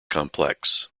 complex